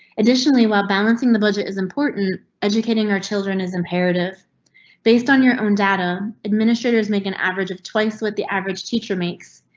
additionally, while balancing the budget is important, educating our children is imperative based on your own data. administrators make an average of twice with the average teacher makes.